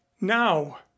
now